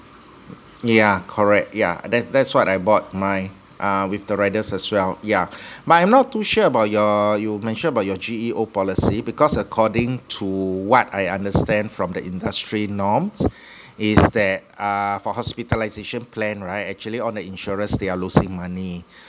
yeah correct yeah that that's what I bought my uh with the riders as well yeah but I'm not too sure about your you mention about your G_E old policy because according to what I understand from the industry norms is that uh for hospitalisation plan right actually all the insurers they are losing money